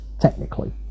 Technically